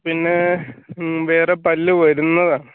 പിന്നെ വേറെ പല്ലു വരുന്നതാണ്